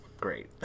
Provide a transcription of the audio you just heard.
Great